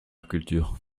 culture